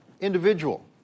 individual